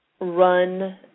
run